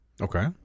Okay